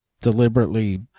deliberately